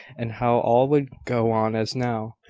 and how all would go on as now,